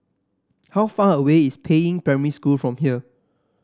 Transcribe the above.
how far away is Peiying Primary School from here